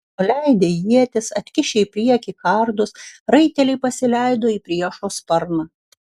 nuleidę ietis atkišę į priekį kardus raiteliai pasileido į priešo sparną